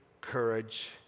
courage